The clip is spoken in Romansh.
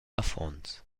affons